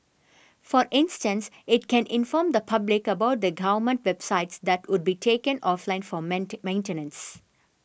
for instance it can inform the public about the government websites that would be taken offline for maintenance